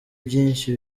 byinshi